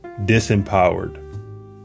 disempowered